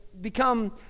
become